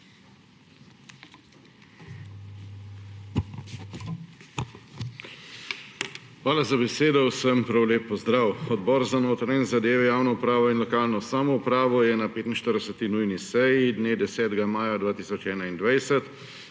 Hvala za besedo. Vsem prav lep pozdrav! Odbor za notranje zadeve, javno upravo in lokalno samoupravo je na 45. nujni seji dne 10. maja 2021